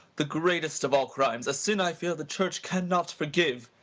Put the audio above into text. the greatest of all crimes a sin i fear the church cannot forgive.